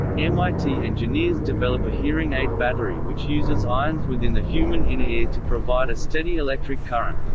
mit engineers develop a hearing aid battery which uses ions within the human inner ear to provide a steady electric current.